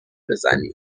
بزنی